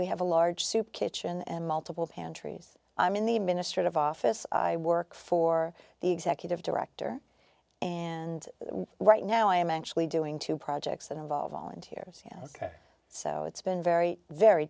we have a large soup kitchen and multiple pantries i'm in the administrative office i work for the executive director and right now i am actually doing two projects that involve volunteers ok so it's been very very